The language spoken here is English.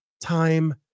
time